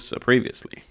previously